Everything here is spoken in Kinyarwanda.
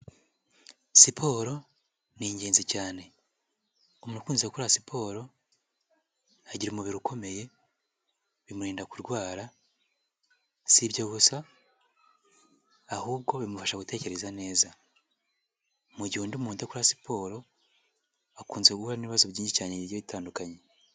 Siporo n'ingenzi cyane umuntu ukunze gukora siporo agira umubiri ukomeye bimurinda kurwara sibyo gusa ahubwo bimufasha gutekereza neza mu gihe undi muntu udakora siporo akunze guhura n'ibibazo byinshi cyane bigiye bitandukanye.